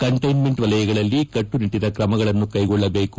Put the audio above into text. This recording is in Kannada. ಕಂಟೈನ್ಮೆಂಟ್ ವಲಯಗಳಲ್ಲಿ ಕಟ್ಟುನಿಟ್ಟಿನ ಕ್ರಮಗಳನ್ನು ಕೈಗೊಳ್ಳಬೇಕು